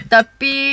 Tapi